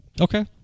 Okay